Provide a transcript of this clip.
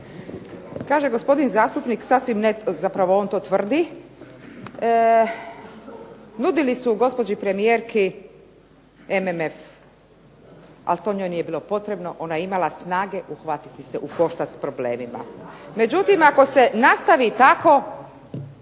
Kaže gospodin zastupnik, zapravo on to tvrdi nudili su gospođi premijerki MMF, ali to nije bilo potrebno, ona je imala snage uhvatiti se u koštac s problemima. Međutim, ako se nastavi tako